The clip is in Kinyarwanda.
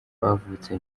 bavutse